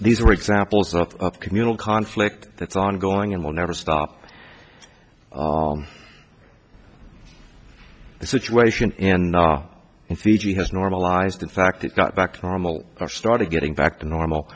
these are examples of communal conflict that's ongoing and will never stop the situation in fiji has normalized in fact it got back to normal or started getting back to normal